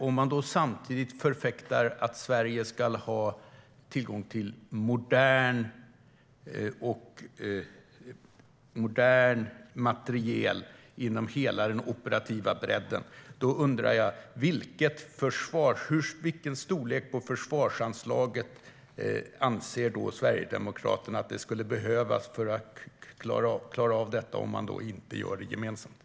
Om man samtidigt förfäktar att Sverige ska ha tillgång till modern materiel inom hela den operativa bredden undrar jag vilken storlek på försvarsanslaget Sverigedemokraterna anser skulle behövas för att vi ska klara av detta, om man inte gör det gemensamt.